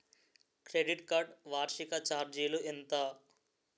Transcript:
Credit card వార్షిక ఛార్జీలు ఎంత?